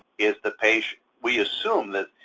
is the patient. we assume that,